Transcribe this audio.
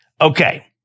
Okay